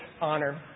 honor